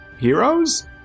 heroes